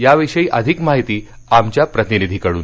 याविषयी अधिक माहिती आमच्या प्रतिनिधीकडून